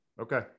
okay